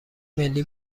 ملی